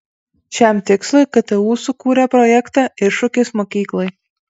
šiam tikslui ktu sukūrė projektą iššūkis mokyklai